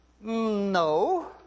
No